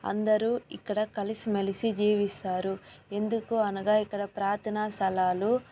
అందరూ ఇక్కడ కలిసిమెలిసి జీవిస్తారు ఎందుకు అనగా ఇక్కడ ప్రార్థన స్థలాలు